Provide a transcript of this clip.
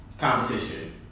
competition